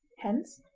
hence,